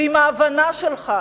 ואם ההבנה שלך,